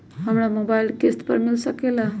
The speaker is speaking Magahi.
हमरा मोबाइल किस्त पर मिल सकेला?